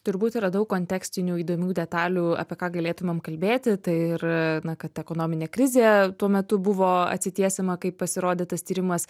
tubūt yra daug kontekstinių įdomių detalių apie ką galėtumėm kalbėti tai ir na kad ekonominė krizė tuo metu buvo atsitiesiama kai pasirodė tas tyrimas